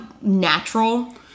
natural